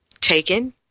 taken